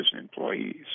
employees